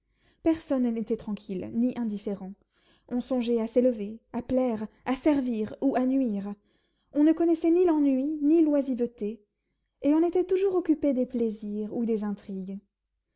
personne n'était tranquille ni indifférent on songeait à s'élever à plaire à servir ou à nuire on ne connaissait ni l'ennui ni l'oisiveté et on était toujours occupé des plaisirs ou des intrigues